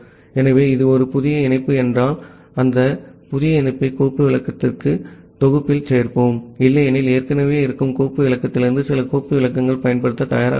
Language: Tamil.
ஆகவே இது ஒரு புதிய இணைப்பு என்றால் அந்த புதிய இணைப்பை கோப்பு விளக்கத்தின் தொகுப்பில் சேர்ப்போம் இல்லையெனில் ஏற்கனவே இருக்கும் கோப்பு விளக்கத்திலிருந்து சில கோப்பு விளக்கங்கள் பயன்படுத்த தயாராக உள்ளன